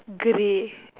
grey